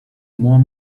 more